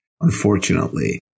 unfortunately